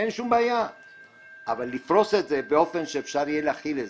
אין שום בעיה אבל לפרוס את זה באופן שאפשר להכילו.